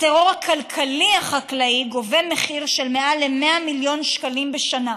הטרור הכלכלי החקלאי גובה מחיר של מעל ל-100 מיליון שקלים בשנה,